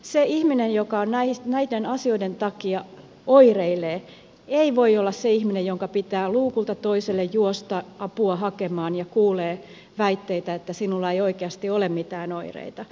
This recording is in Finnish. se ihminen joka näiden asioiden takia oireilee ei voi olla se ihminen jonka pitää luukulta toiselle juosta apua hakemaan ja kuulemaan väitteitä että sinulla ei oikeasti ole mitään oireita